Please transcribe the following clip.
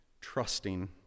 trusting